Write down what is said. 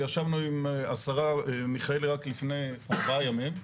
וישבנו עם השרה מיכאלי רק לפני ארבעה ימים.